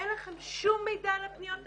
אין לכן שום מידע על הפניות האלה?